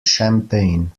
champagne